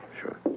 sure